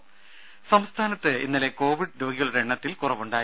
ദേദ സംസ്ഥാനത്ത് ഇന്നലെ കോവിഡ് രോഗികളുടെ എണ്ണത്തിൽ കുറവുണ്ടായി